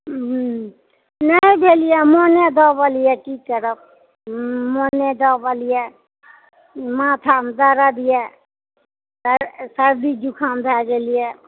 हुँ नहि भेलिए हँ मोने दबल यऽ की करब हूँ मोने दबल यऽ की करिऐ माथामे दर्द यऽ स सर्दी जुकाम भए गेलैए